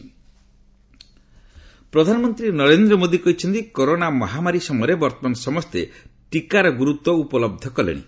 ମନ୍ କୀ ବାତ୍ ପ୍ରଧାନମନ୍ତ୍ରୀ ନରେନ୍ଦ୍ର ମୋଦି କହିଛନ୍ତି କରୋନା ମହାମାରୀ ସମୟରେ ବର୍ତ୍ତମାନ ସମସ୍ତେ ଟିକାର ଗୁରୁତ୍ୱ ଉପଲହ୍ଧ କଲେଣି